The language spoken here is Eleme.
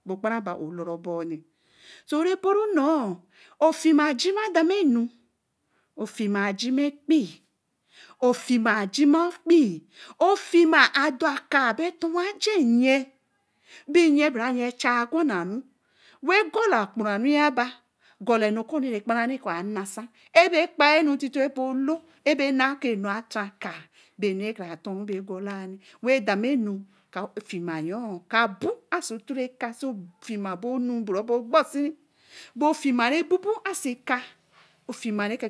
Bo’ okpara ba õw ɛlera obor-oh so rebo nnon ofiima ajima demanu ofiimaa ajima ɛkpii ofiuma ajima ɛkpii ofima ɛdora kaa be ɛtor aje nyii be nyii bra nyii ɛcha gwanari we gola oyoporũ-ɛh yaba gola ɛnu kuu rekpera kɔ̃ anasã ɛbe kpen ɛnu tite bo alõ ɛbe naa kɔ̃ ɛnu atorakaa beenu reka torũ ɛbe gola-ɛh we demahu ka wo ofina yor ka buñ aso tono ɛka so ofima bo nu bua bo ogbosi be ofima rebubu-a aoso ɛka ofima re